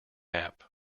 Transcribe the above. app